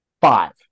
Five